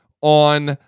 on